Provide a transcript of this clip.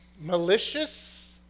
malicious